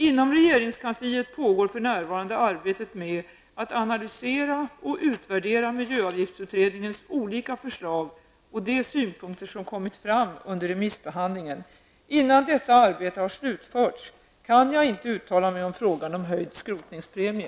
Inom regeringskansliet pågår för närvarande arbetet med att analysera och utvärdera miljöavgiftsutredningens olika förslag och de synpunkter som kommit fram under remissbehandlingen. Innan detta arbete har slutförts kan jag inte uttala mig i frågan om höjd skrotningspremie.